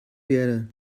verde